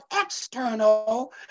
external